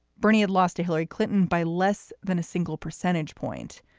bernie had lost to hillary clinton by less than a single percentage point.